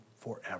forever